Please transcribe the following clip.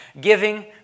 Giving